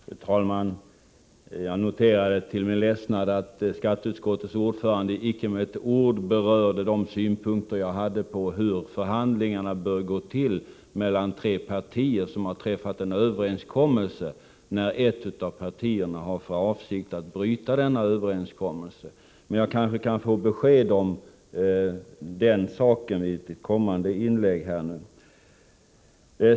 Fru talman! Jag noterade till min ledsnad att skatteutskottets ordförande inte med ett ord berörde de synpunkter som jag hade på hur förhandlingarna bör gå till mellan tre partier som har träffat en uppgörelse, när ett av partierna har för avsikt att bryta denna överenskommelse. Men jag kanske kan få besked om den saken i kommande inlägg.